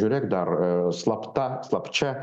žiūrėk dar slapta slapčia